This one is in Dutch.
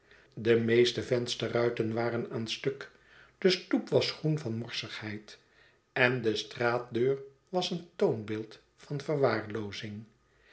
de meeste vensterruiten waren aan stuk de stoep was groen van morsigheid en de straatdeur was een toonbeeld van verwaarloozing